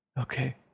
Okay